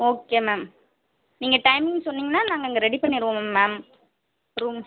okay ma'am நீங்கள் timing சொன்னீங்கன்னா நாங்கள் இங்கே ரெடி பண்ணிடுவோம் மேம் ரூம்ஸ்